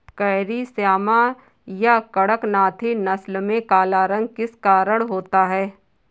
Carry Shyama या कड़कनाथी नस्ल में काला रंग किस कारण होता है?